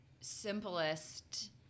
simplest